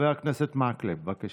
חבר הכנסת מקלב, בבקשה.